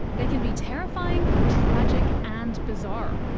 they can be terrifying, tragic and bizarre.